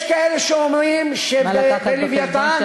יש כאלה שאומרים שב"לווייתן" נא